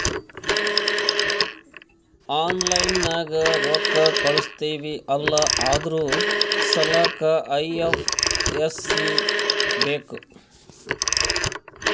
online ನಾಗ್ ರೊಕ್ಕಾ ಕಳುಸ್ತಿವ್ ಅಲ್ಲಾ ಅದುರ್ ಸಲ್ಲಾಕ್ ಐ.ಎಫ್.ಎಸ್.ಸಿ ಬೇಕ್